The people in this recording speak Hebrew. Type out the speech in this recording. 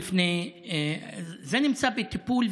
זה נמצא בטיפול,